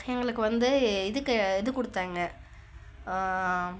எங்களுக்கு வந்து இதுக்கு இது கொடுத்தாங்க